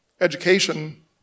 education